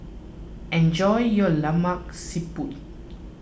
enjoy your Lemak Siput